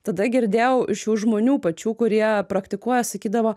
tada girdėjau šių žmonių pačių kurie praktikuoja sakydavo